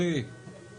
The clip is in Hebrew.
כי אנחנו מאמינים בזה.